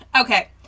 Okay